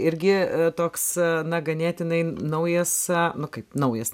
irgi toks na ganėtinai naujas nu kaip naujas